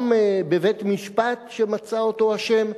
גם בבית-משפט, שמצא אותו אשם.